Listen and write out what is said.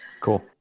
Cool